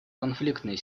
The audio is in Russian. конфликтные